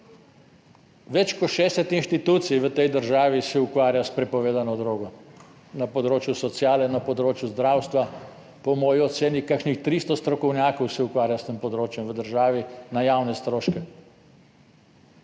Več kot 60 inštitucij v tej državi se ukvarja s prepovedano drogo na področju sociale, na področju zdravstva. Po moji oceni, kakšnih 300 strokovnjakov se ukvarja s tem področjem v državi na javne stroške.